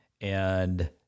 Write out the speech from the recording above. and-